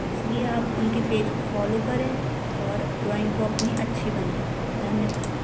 इसलिए आप उनके पेज को फॉलो करें और ड्राइंग को अपनी अच्छी बनाएँ धन्यवाद